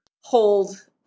hold